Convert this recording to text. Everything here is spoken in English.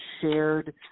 shared